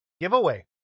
giveaway